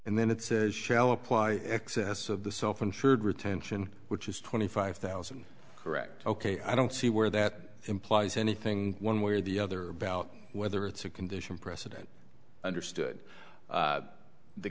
and then it says shall apply excess of the self insured retention which is twenty five thousand correct ok i don't see where that implies anything one way or the other about whether it's a condition precedent understood